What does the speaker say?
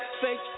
Fake